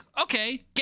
okay